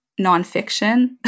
nonfiction